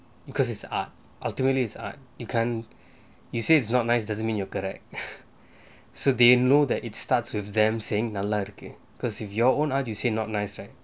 because it's art ultimately is art you can you said it's not nice doesn't mean you're correct so they know that it starts with them saying நல்லா இருக்கு:nallaa irukku because your own art you say not nice right